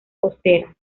costeras